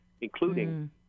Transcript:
including